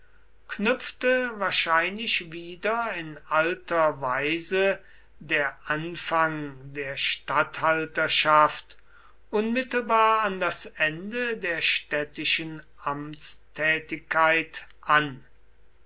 knüpfte wahrscheinlich wieder in alter weise der anfang der statthalterschaft unmittelbar an das ende der städtischen amtstätigkeit an